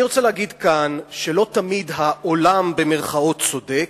אני רוצה להגיד כאן שלא תמיד "העולם" צודק,